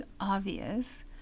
obvious